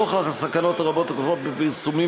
נוכח הסכנות הרבות הכרוכות בפרסומים